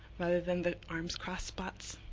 rather than the arms-crossed spots.